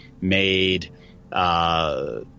made